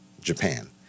Japan